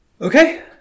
Okay